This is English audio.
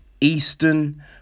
Eastern